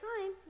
time